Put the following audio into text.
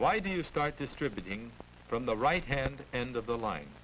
why do you start distributing from the right hand end of the line